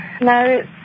no